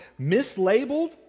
mislabeled